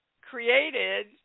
created